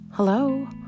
Hello